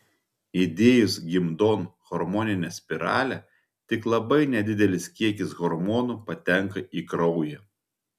įdėjus gimdon hormoninę spiralę tik labai nedidelis kiekis hormonų patenka į kraują